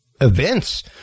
events